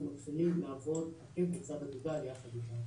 מתחילים לעבוד עקב לצד אגודל יחד איתם.